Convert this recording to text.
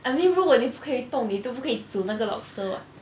I mean 如果你不可以动你都不可以煮那个 lobster [what]